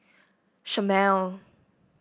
Chomel